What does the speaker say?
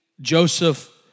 Joseph